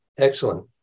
Excellent